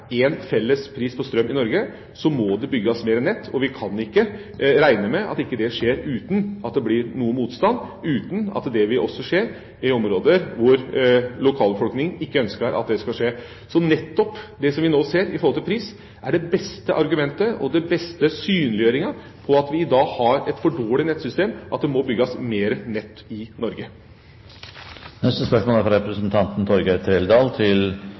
felles pris på strøm i Norge, må det bygges mer nett. Vi kan ikke regne med at det skjer uten at det blir noe motstand, og uten at det blir i områder hvor lokalbefolkninga ikke ønsker at det skal skje. Det som vi nå ser når det gjelder pris, er den beste synliggjøringa av at vi i dag har et for dårlig nettsystem, og det beste argumentet for at det må bygges mer nett i Norge. «I den nye jordloven ble drivepliktbestemmelsen fra 1. juli 2009 overført fra odelsloven til